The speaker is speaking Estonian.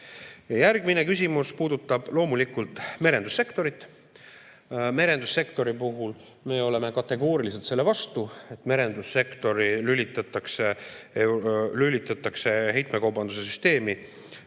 Järgmine küsimus puudutab loomulikult merendussektorit. Merendussektori puhul me oleme kategooriliselt selle vastu, et merendussektor lülitatakse heitmekaubanduse süsteemi.